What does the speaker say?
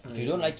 ah ya